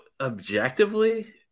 objectively